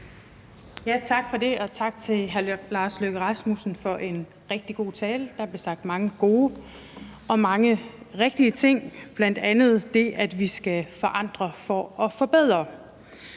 Tak for det, og tak til hr. Lars Løkke Rasmussen for en rigtig god tale. Der blev sagt mange gode og mange rigtige ting, bl.a. det, at vi skal forandre for at forbedre.